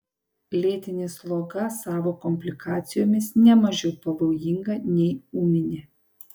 lėtinė sloga savo komplikacijomis ne mažiau pavojinga nei ūminė